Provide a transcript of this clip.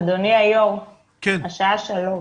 אדוני היושב-ראש, השעה שלוש,